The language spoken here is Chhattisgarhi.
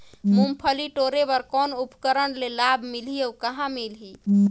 मुंगफली टोरे बर कौन उपकरण ले लाभ मिलही अउ कहाँ मिलही?